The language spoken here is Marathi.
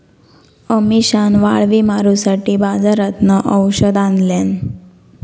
अमिशान वाळवी मारूसाठी बाजारातना औषध आणल्यान